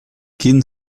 gehen